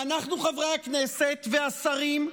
ואנחנו, חברי הכנסת והשרים?